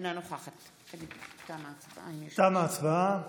אינה נוכחת תמה ההצבעה.